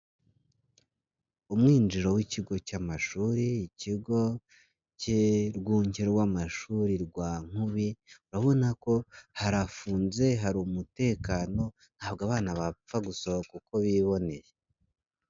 Umwinjiro w'ikigo cy'amashuri, ikigo cy'rwunge rw'amashuri rwa Nkubi, urabona ko harafunze, hari umutekano ntabwo abana bapfa gusohoka uko biboneye.